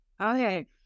Okay